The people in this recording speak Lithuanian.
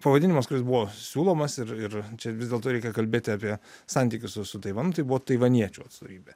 pavadinimas kuris buvo siūlomas ir ir čia vis dėlto reikia kalbėti apie santykius su su taivanu tai buvo taivaniečių atstovybė